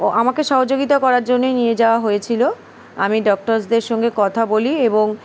ও আমাকে সহযোগিতা করার জন্যই নিয়ে যাওয়া হয়েছিল আমি ডক্টরসদের সঙ্গে কথা বলি এবং